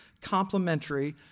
complementary